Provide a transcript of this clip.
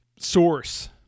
source